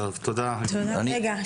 אני דורית חזן,